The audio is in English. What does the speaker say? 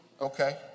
Okay